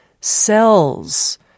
cells